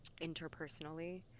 interpersonally